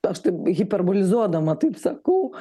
aš taip hiperbolizuodama taip sakau